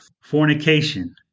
Fornication